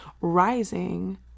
rising